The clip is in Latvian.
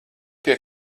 pie